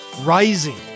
rising